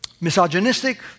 misogynistic